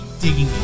digging